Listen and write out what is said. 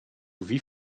wie